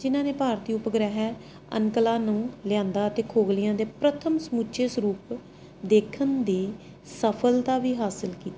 ਜਿਹਨਾਂ ਨੇ ਭਾਰਤੀ ਉਪਗ੍ਰਹਿ ਅਨਕਲਾਂ ਨੂੰ ਲਿਆਉਂਦਾ ਅਤੇ ਖਗੋਲੀਆਂ ਦੇ ਪ੍ਰਥਮ ਸਮੁੱਚੇ ਸਰੂਪ ਦੇਖਣ ਦੀ ਸਫਲਤਾ ਵੀ ਹਾਸਿਲ ਕੀਤੀ